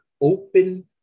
open